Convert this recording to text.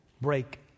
break